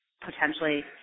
potentially –